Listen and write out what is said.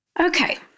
Okay